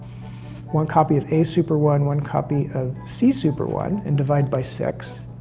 one copy of a super one, one copy of c super one, and divide by six.